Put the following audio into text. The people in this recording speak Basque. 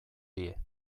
die